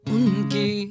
Unki